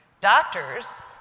Doctors